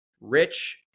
Rich